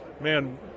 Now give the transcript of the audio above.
man